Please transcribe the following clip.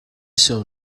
saw